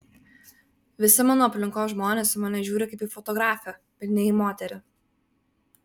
visi mano aplinkos žmonės į mane žiūri kaip į fotografę bet ne į moterį